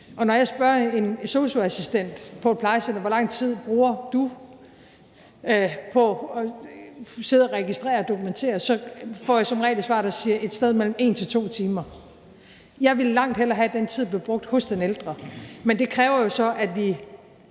Og når jeg spørger en sosu-assistent på et plejecenter, hvor lang tid vedkommende bruger på at sidde og registrere og dokumentere, får jeg som regel et svar, der siger: et sted mellem 1 og 2 timer. Jeg ville da langt hellere have, at den tid blev brugt hos den ældre, men det kræver så, at vi